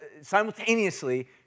simultaneously